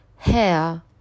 Hair